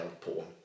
porn